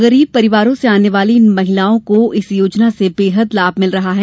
गरीब परिवारों से आने वाली इन महिलाओं को इस योजना से बेहद लाभ मिल रहा है